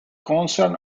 concern